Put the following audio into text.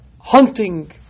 hunting